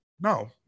No